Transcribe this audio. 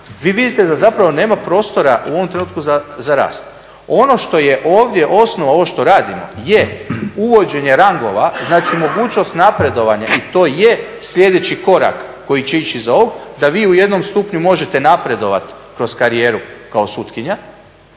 Vi vidite da zapravo nema prostora u ovom trenutku za rast. Ono što je ovdje osnova ovo što radimo je uvođenje rangova, znači mogućnost napredovanja i to je slijedeći korak koji će ići iza ovog da vi u jednom stupnju možete napredovat kroz karijeru kao sutkinja,